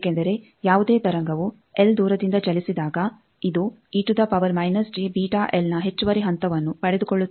ಏಕೆಂದರೆ ಯಾವುದೇ ತರಂಗವು ಎಲ್ ದೂರದಿಂದ ಚಲಿಸಿದಾಗ ಇದು ನ ಹೆಚ್ಚುವರಿ ಹಂತವನ್ನು ಪಡೆದುಕೊಳ್ಳುತ್ತದೆ